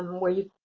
um where you,